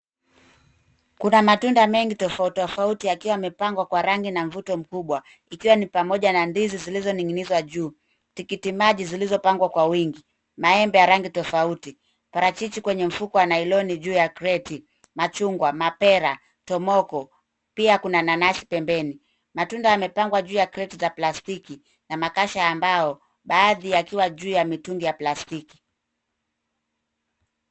Kuna matunda mengi tofautitofauti, yakiwa yamepangwa kwa rangi na mvuto mkubwa, ikiwa ni pamoja na ndizi zilizoninginizwa juu, tikitimaji zilizopangwa kwa wingi, maembe ya rangi tofauti, parachichi kwenye mfuko wa nailoni juu ya kreti, machugwa, mapera, tomoko pia kuna nanasi pembeni. Matunda yamepangwa juu ya kreti za plastiki, na makasha ambao baadhi yakiwa juu ya mitungi wa plastiki.